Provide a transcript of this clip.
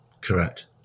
Correct